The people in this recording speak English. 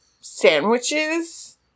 sandwiches